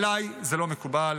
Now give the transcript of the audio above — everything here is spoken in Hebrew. עליי זה לא מקובל.